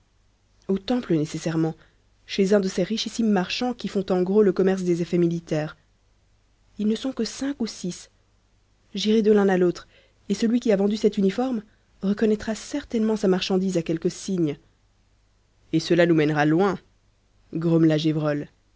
au temple nécessairement chez un de ces richissimes marchands qui font en gros le commerce des effets militaires ils ne sont que cinq ou six j'irai de l'un à l'autre et celui qui a vendu cet uniforme reconnaîtra certainement sa marchandise à quelque signe et cela nous mènera loin